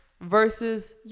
Versus